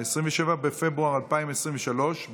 27 בפברואר 2023,